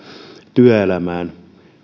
työelämään